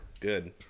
Good